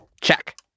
Check